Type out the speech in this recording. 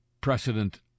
precedent